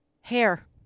Hair